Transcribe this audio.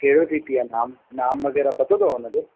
कहिड़ो टी टी आहे नाम नाम वग़ैरह पतो अथव उन जो